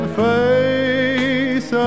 face